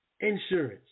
Insurance